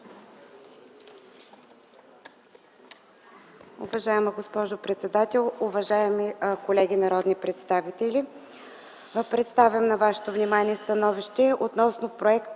Уважаема госпожо председател, уважаеми колеги народни представители! Представям на вашето внимание: „СТАНОВИЩЕ относно проект